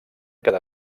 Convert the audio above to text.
cada